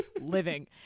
living